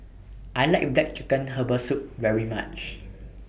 I like Black Chicken Herbal Soup very much